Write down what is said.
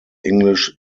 english